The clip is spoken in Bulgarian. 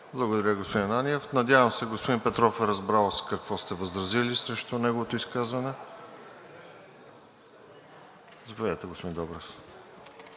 Благодаря, господин Ананиев. Надявам се господин Петров е разбрал с какво сте възразили срещу неговото изказване. Заповядайте, господин Добрев.